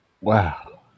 Wow